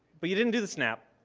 but you didn't do the snap.